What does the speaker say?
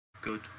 Good